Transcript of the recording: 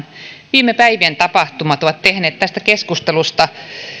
viime päivien tapahtumat ovat tehneet tästä keskustelusta